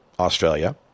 australia